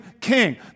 king